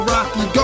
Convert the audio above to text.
Rocky